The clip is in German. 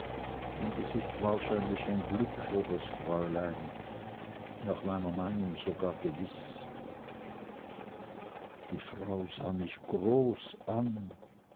und es ist wahrscheinlich ein glück für das fräulein nach meiner meinung sogar gewiß die frau sah mich groß an